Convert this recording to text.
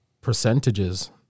percentages